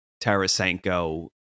Tarasenko